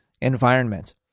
environment